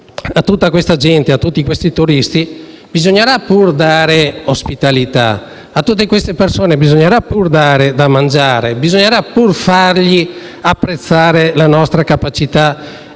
A tutta questa gente, a tutti questi turisti bisognerà pur dare ospitalità; a tutte queste persone bisognerà pur dare da mangiare e far apprezzare la nostra capacità